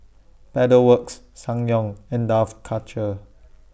Pedal Works Ssangyong and Dough Culture